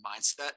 mindset